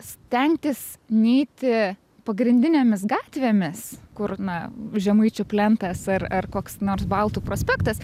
stengtis neiti pagrindinėmis gatvėmis kur na žemaičių plentas ar ar koks nors baltų prospektas